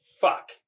fuck